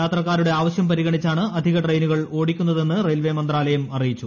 യാത്രക്കാരുടെ ആവശ്യം പരിഗണിച്ചാണ് അധിക ട്രെയിനുകൾ ഓടിക്കുന്നതെന്ന് റെയിൽവേ മന്ത്രാലയം അറിയിച്ചു